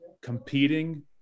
competing